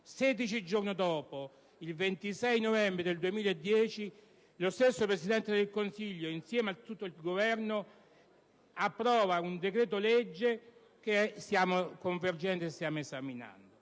16 giorni dopo, il 26 novembre 2010, lo stesso Presidente del Consiglio, insieme a tutto il Governo, approva il decreto-legge che stiamo esaminando.